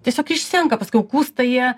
tiesiog išsenka paskiau kūsta jie